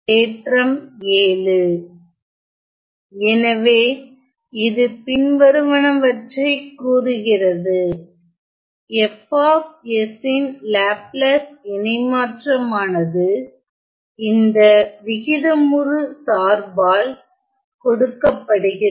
தேற்றம் 7 எனவே இது பின்வருவனவற்றை கூறுகிறது F ன் லாப்லாஸ் இணை மாற்றமானது இந்த விகிதமுறு சார்பால் கொடுக்கப்படுகிறது